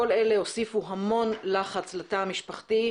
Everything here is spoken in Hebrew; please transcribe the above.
כל אלה הוסיפו המון לחץ לתא המשפחתי,